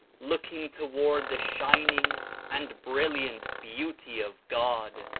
looking toward the shining and brilliant beauty of god.